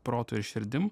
protu ir širdim